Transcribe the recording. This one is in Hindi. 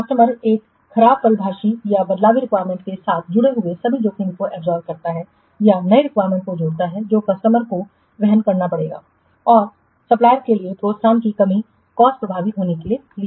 कस्टमर एक खराब परिभाषित या बदलती रिक्वायरमेंट्स के साथ जुड़े सभी जोखिमों को अवशोषित करता है या नई रिक्वायरमेंट्स को जोड़ता है जो कस्टमर को वहन करना पड़ता है और सप्लायरके लिए प्रोत्साहन की कमी कॉस्टप्रभावी होने के लिए